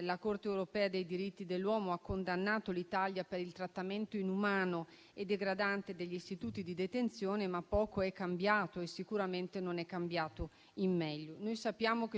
la Corte europea per i diritti dell'uomo ha condannato l'Italia per il trattamento inumano e degradante degli istituti di detenzione. Poco, però, è cambiato e sicuramente non è cambiato in meglio. Noi sappiamo che